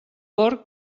porc